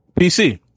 PC